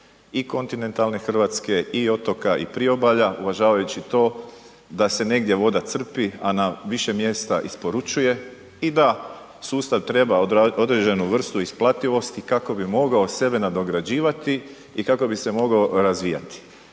i kontinentalne Hrvatske i otoka i priobalja, uvažavajući to da se negdje voda crpi, a na više mjesta isporučuje i da sustav treba određenu vrstu isplativosti kako bi mogao sebe nadograđivati i kako bi se mogao razvijati.